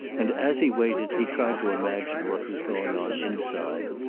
and as he waited he tried to imagine what was going on inside,